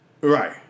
Right